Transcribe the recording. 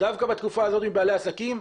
דווקא בתקופה הזאת מבעלי עסקים,